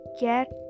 get